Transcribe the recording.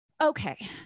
Okay